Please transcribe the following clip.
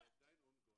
היא עדיין ongoing.